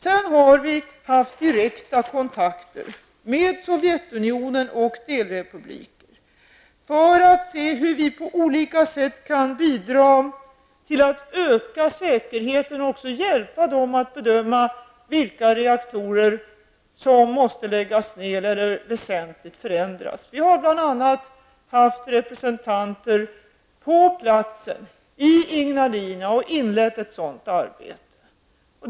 Vi har också haft direkta kontakter med Sovjetunionen och delrepubliker för att se hur vi på olika sätt kan bidra till att öka säkerheten och hjälpa dem att bedöma vilka reaktorer som måste läggas ner eller väsentligt förändras. Vi har bl.a. haft representanter på plats i Ignalina och inlett ett sådant arbete.